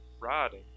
riding